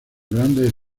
grandes